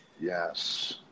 Yes